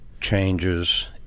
changes